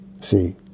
See